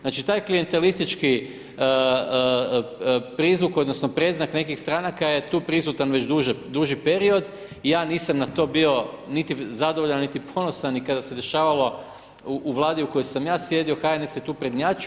Znači taj klijentelistički prizvuk odnosno predznak nekih stranaka je tu prisutan već duži period i ja nisam na to bio niti zadovoljan niti ponosan ni kada se dešavalo u Vladi u kojoj sam ja sjedio, HNS je tu prednjačio.